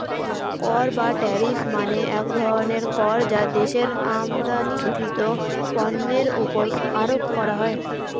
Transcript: কর বা ট্যারিফ মানে এক ধরনের কর যা দেশের আমদানিকৃত পণ্যের উপর আরোপ করা হয়